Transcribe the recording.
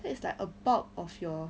then it's like a bulk of your